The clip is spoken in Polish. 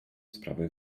sprawę